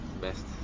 best